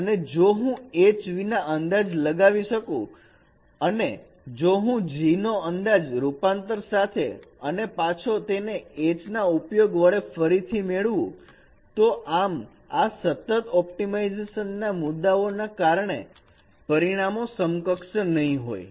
તેથી જો હું H વિના અંદાજ લગાવી શકું અને જો હું G નો અંદાજ રૂપાંતર સાથે અને પાછો તેને H ના ઉપયોગ વડે ફરીથી મેળવવું તો આમ આ સતત ઓપ્ટિમાઇઝેશન ના મુદ્દાઓને કારણે પરિણામો સમકક્ષ નહીં હોય